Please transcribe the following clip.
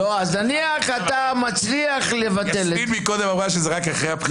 יסמין מקודם אמרה שזה רק אחרי הבחירות.